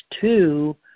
two